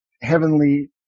heavenly